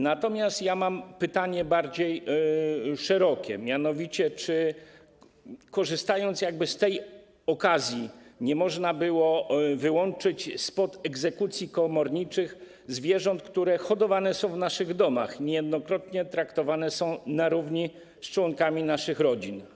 Natomiast ja mam pytanie bardziej szerokie, mianowicie czy korzystając z tej okazji, nie można było wyłączyć spod egzekucji komorniczych zwierząt, które hodowane są w naszych domach, niejednokrotnie traktowane są na równi z członkami naszych rodzin?